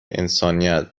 انسانیت